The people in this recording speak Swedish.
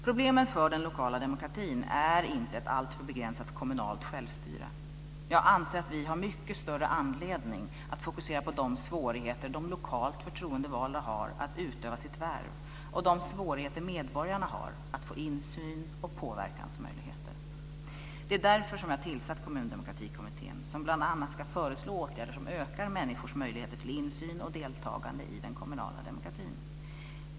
Problemet för den lokala demokratin är inte ett alltför begränsat kommunalt självstyre. Jag anser att vi har mycket större anledning att fokusera på de svårigheter som de lokalt förtroendevalda har att utöva sitt värv, och de svårigheter medborgarna har att få insyn och möjligheter att påverka. Det är därför som jag har tillsatt Kommundemokratikommittén, som bl.a. ska föreslå åtgärder som ökar människors möjligheter till insyn och deltagande i den kommunala demokratin.